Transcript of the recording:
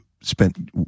spent